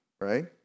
right